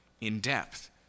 in-depth